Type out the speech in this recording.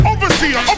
Overseer